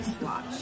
watch